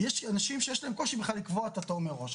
יש אנשים שיש להם קושי בכלל לקבוע תור מראש.